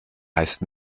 heißt